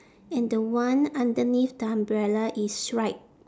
and the one underneath the umbrella is stripe